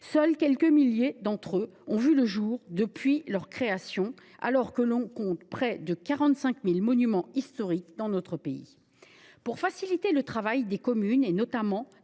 Seuls quelques milliers d’entre eux ont vu le jour depuis leur création, alors que l’on compte près de 45 000 monuments historiques dans notre pays. Pour faciliter le travail des communes, notamment